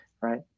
right